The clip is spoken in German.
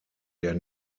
der